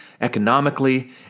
economically